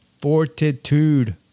fortitude